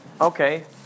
Okay